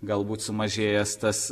galbūt sumažėjęs tas